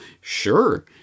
sure